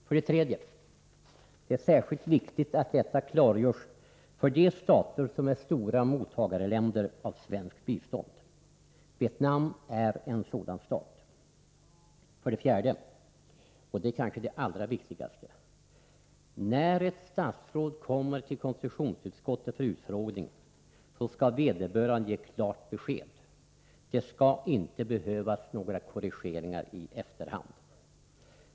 För det tredje: Det är särskilt viktigt att detta klargörs för de stater som är stora mottagare av svenskt bistånd. Vietnam är en sådan stat. För det fjärde — och det är kanske det allra viktigaste: När ett statsråd kommer till konstitutionsutskottet för utfrågning skall vederbörande ge klart besked. Det skall inte behövas några korrigeringar i efterhand.